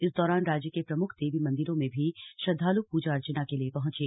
इस दौरान राज्य के प्रम्ख देवी मंदिरों में भी श्रद्वाल् पूजा अर्चना के लिए पहुंचे